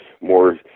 more